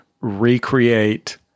recreate